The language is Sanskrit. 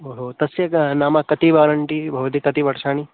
ओहो तस्य कः नाम कति वारण्टी भवति कति वर्षाणि